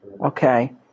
Okay